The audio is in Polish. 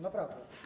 Naprawdę.